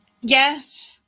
Yes